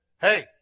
hey